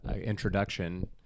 introduction